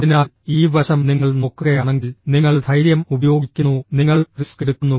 അതിനാൽ ഈ വശം നിങ്ങൾ നോക്കുകയാണെങ്കിൽ നിങ്ങൾ ധൈര്യം ഉപയോഗിക്കുന്നു നിങ്ങൾ റിസ്ക് എടുക്കുന്നു